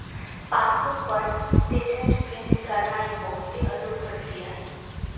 passbook पर statement print करानाइ बहुते हल्लुक प्रक्रिया हइ